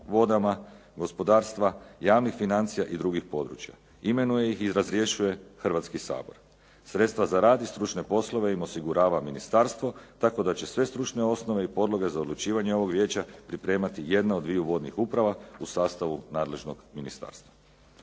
vodama, gospodarstva javnih financija i drugih područja. Imenuje ih i razrješuje Hrvatski sabor. Sredstva za rad i stručne poslove im osigurava ministarstvo tako da će sve stručne osnove i podloge za odlučivanje ovog vijeća pripremati jedna od dviju vodnih uprava u sastavu nadležnog ministarstva.